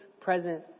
present